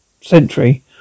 century